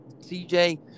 CJ